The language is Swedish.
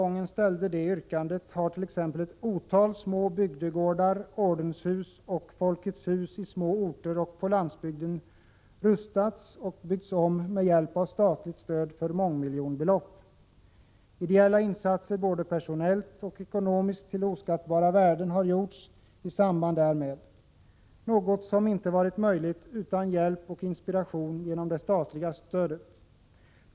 gången ställde det yrkandet har t.ex. ett otal små bygdegårdar, ordenshus och Folkets hus i småorter och på landsbygden rustats och byggts om med hjälp av statligt stöd för mångmiljonbelopp. Ideella insatser, både personellt och ekonomiskt, till oskattbara värden har gjorts i samband därmed, något som inte varit möjligt utan hjälp och inspiration genom det statliga stödet.